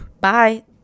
Bye